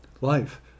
life